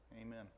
Amen